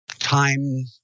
Time